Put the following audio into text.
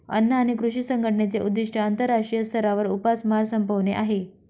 अन्न आणि कृषी संघटनेचे उद्दिष्ट आंतरराष्ट्रीय स्तरावर उपासमार संपवणे आहे